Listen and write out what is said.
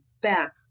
back